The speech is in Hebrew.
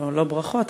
לא ברכות,